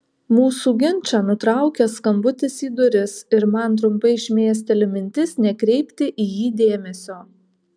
mūsų ginčą nutraukia skambutis į duris ir man trumpai šmėsteli mintis nekreipti į jį dėmesio